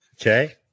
Okay